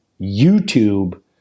YouTube